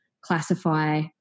classify